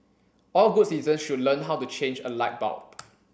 all good citizens should learn how to change a light bulb